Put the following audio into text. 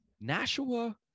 Nashua